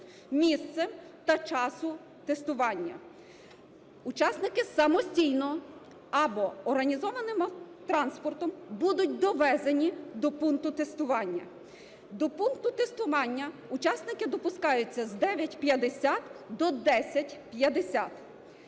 місця та часу тестування. Учасники самостійно або організованим транспортом будуть довезені до пункту тестування. До пункту тестування учасники допускаються з 9:50 до 10:50.